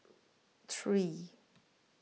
three